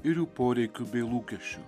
ir jų poreikių bei lūkesčių